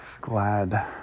glad